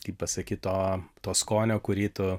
kaip pasakyt to to skonio kurį tu